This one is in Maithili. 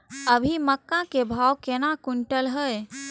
अभी मक्का के भाव केना क्विंटल हय?